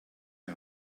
die